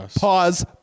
Pause